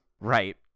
Right